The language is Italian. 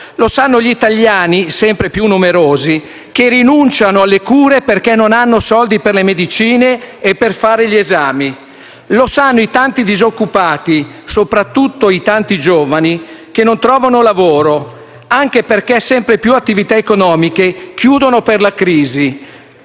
lo sanno gli italiani - sempre più numerosi - che rinunciano alle cure perché non hanno soldi per le medicine e per fare gli esami; lo sanno i tanti disoccupati, soprattutto i tanti giovani, che non trovano lavoro, anche perché sempre più attività economiche chiudono per la crisi